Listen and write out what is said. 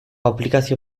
aplikazio